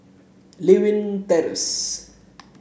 Lewin Terrace